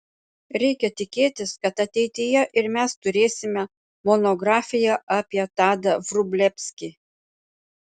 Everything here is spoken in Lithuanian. reikia tikėtis kad ateityje ir mes turėsime monografiją apie tadą vrublevskį